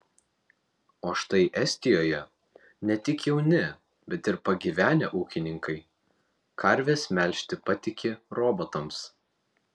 o štai estijoje ne tik jauni bet ir pagyvenę ūkininkai karves melžti patiki robotams